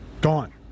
gone